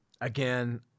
again